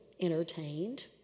entertained